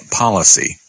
policy